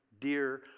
dear